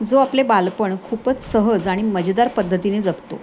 जो आपले बालपण खूपच सहज आणि मजेदार पद्धतीने जगतो